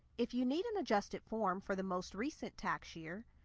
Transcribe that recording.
if you need an adjusted form for the most recent tax year,